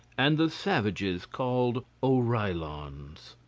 and the savages called oreillons.